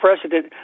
president